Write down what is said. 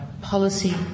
policy